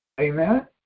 Amen